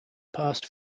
past